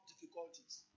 difficulties